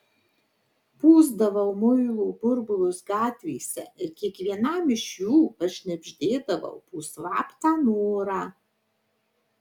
pūsdavau muilo burbulus gatvėse ir kiekvienam iš jų pašnibždėdavau po slaptą norą